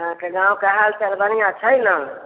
अहाँके गाँवके हालचाल बढ़िआँ छै ने